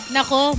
Nako